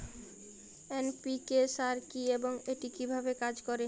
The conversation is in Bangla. এন.পি.কে সার কি এবং এটি কিভাবে কাজ করে?